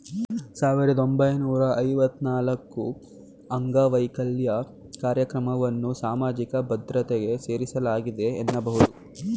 ಸಾವಿರದ ಒಂಬೈನೂರ ಐವತ್ತ ನಾಲ್ಕುಅಂಗವೈಕಲ್ಯ ಕಾರ್ಯಕ್ರಮವನ್ನ ಸಾಮಾಜಿಕ ಭದ್ರತೆಗೆ ಸೇರಿಸಲಾಗಿದೆ ಎನ್ನಬಹುದು